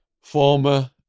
former